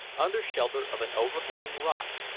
under shelter of an overhanging rock,